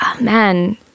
man